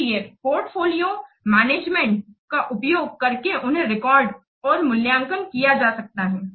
इसलिए portfolio management का उपयोग करके उन्हें रिकॉर्ड और मूल्यांकन किया जा सकता है